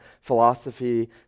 philosophy